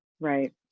Right